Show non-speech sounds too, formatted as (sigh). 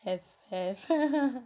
have have (laughs)